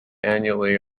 annually